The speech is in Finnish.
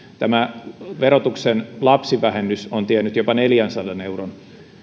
tämä verotuksen lapsivähennys on tiennyt jopa neljänsadan euron